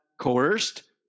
coerced